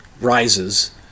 rises